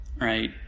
right